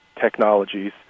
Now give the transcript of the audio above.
technologies